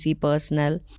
personnel